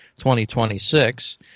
2026